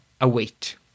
await